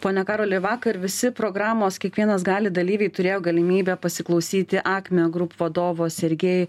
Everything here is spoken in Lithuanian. pone karoli vakar visi programos kiekvienas gali dalyviai turėjo galimybę pasiklausyti akme grūp vadovo sergėj